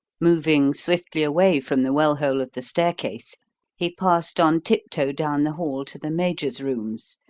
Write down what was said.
moving swiftly away from the well-hole of the staircase he passed on tiptoe down the hall to the major's rooms,